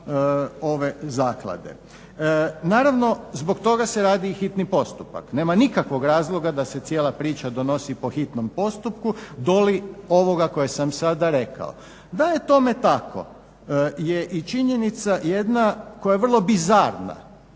ove zaklade. Naravno, zbog toga se radi i hitni postupak, nema nikakvog razloga da se cijela priča donosi po hitnom postupku, doli ovoga koje sam sada rekao. Da je tome tako je i činjenica jedna koja je vrlo bizarna.